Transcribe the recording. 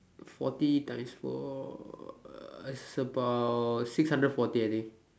forty times four uh is about six hundred forty I think